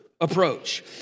approach